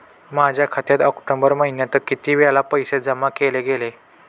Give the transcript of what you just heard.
माझ्या खात्यात ऑक्टोबर महिन्यात किती वेळा पैसे जमा केले गेले?